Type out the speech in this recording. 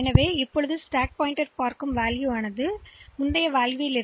எனவே தற்போதுள்ள ஸ்டேக் இப்படி இருந்தால் என்ன சொல்வது